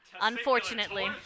Unfortunately